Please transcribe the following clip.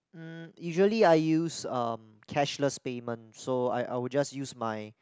mm usually I use um cashless payments so I I would just use my